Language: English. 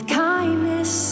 kindness